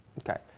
okay,